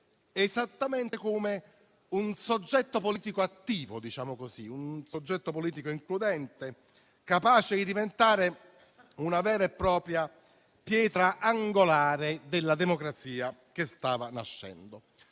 esattamente come un soggetto politico attivo, per così dire, un soggetto politico includente, capace di diventare una vera e propria pietra angolare della democrazia che stava nascendo.